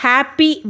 Happy